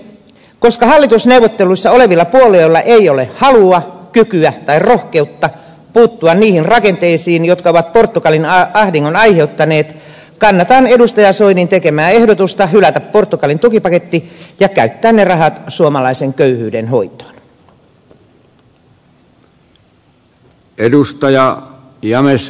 koska hallitusneuvotteluissa olevilla puolueilla ei ole halua kykyä tai rohkeutta puuttua niihin rakenteisiin jotka ovat portugalin ahdingon aiheuttaneet kannatan edustaja soinin tekemää ehdotusta hylätä portugalin tukipaketti ja käyttää ne rahat suomalaisen köyhyyden hoitoon